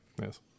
Yes